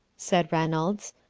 said rejmolds,